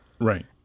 Right